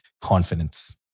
confidence